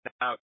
out